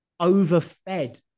overfed